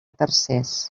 tercers